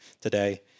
today